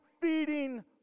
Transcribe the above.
feeding